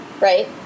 right